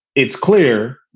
it's clear,